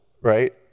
right